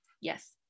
Yes